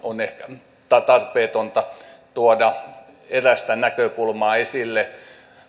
on ehkä tarpeetonta tuoda erästä näkökulmaa esille